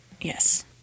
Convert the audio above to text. Yes